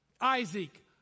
Isaac